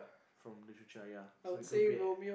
from Literature ya so it could be